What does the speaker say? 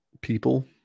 People